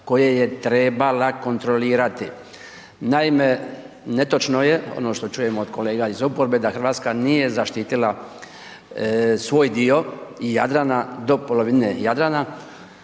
koje je trebala kontrolirati. Naime, netočno je ono što čujem od kolega iz oporbe da RH nije zaštitila svoj dio Jadrana, do polovine Jadrana,